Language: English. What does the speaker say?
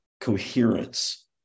coherence